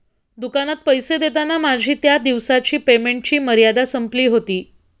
दुकानात पैसे देताना माझी त्या दिवसाची पेमेंटची मर्यादा संपली होती